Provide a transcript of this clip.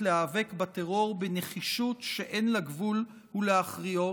להיאבק בטרור בנחישות שאין לה גבול ולהכריע,